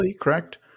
correct